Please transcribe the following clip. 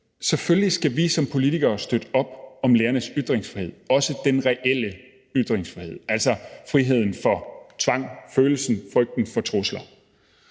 Selvfølgelig skal vi som politikere støtte op om lærernes ytringsfrihed, også den reelle ytringsfrihed, altså det, der handler om friheden fra tvang og frygten for trusler.